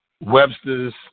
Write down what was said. Webster's